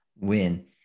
win